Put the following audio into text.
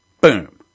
Boom